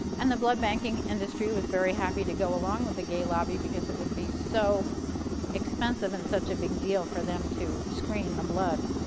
and the blood banking industry was very happy to go along with the gay lobby because it would be so expensive and such a big deal for them to screen the blood.